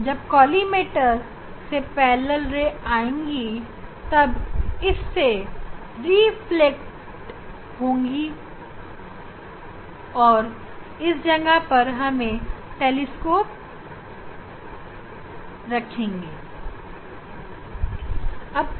जब कोलीमैटर से समांतर किरणें आएँगी तब इससे रिफ्लेक्ट होंगी और इस जगह पर हम टेलीस्कोपरखेंगे